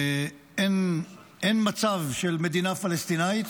אין מצב של מדינה פלסטינית